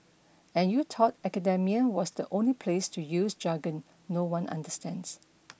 and you thought academia was the only place to use jargon no one understands